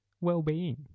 well-being